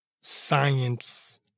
science